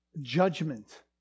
judgment